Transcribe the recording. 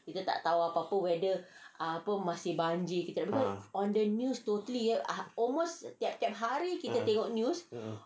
ah ah ah um